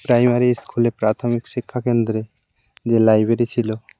primary স্কুলে প্রাথমিক শিক্ষা কেন্দ্রে যে লাইব্রেরি ছিল